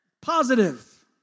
Positive